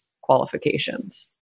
qualifications